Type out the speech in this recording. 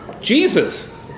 Jesus